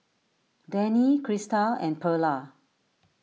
Danny Krysta and Perla